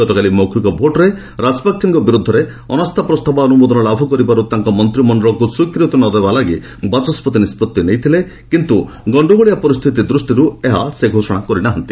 ଗତକାଲି ମୌଖିକ ଭୋଟ୍ରେ ରାଜପାକ୍ଷେଙ୍କ ବିରୁଦ୍ଧରେ ଅନାସ୍ଥା ପ୍ରସ୍ତାବ ଅନୁମୋଦନ ଲାଭ କରିବାରୁ ତାଙ୍କ ମନ୍ତିମଣ୍ଡଳକୁ ସ୍ୱୀକୃତୀ ନଦେବାପାଇଁ ବାଚସ୍କତି ନିଷ୍ପଭି ନେଇଥିଲେ କିନ୍ତୁ ଗଣ୍ଡଗୋଳିଆ ପରିସ୍ଥିତି ଦୃଷ୍ଟିରୁ ଏହା ସେ ଘୋଷଣା କରିନାହାନ୍ତି